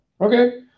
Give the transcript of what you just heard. Okay